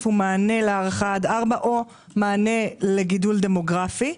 הוא מענה להארכה עד 16:00 או מענה לגידול דמוגרפי?